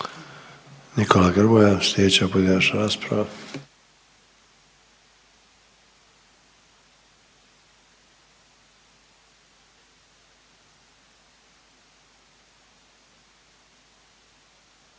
Nikola Grmoja sljedeća pojedinačna rasprava.